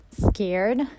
scared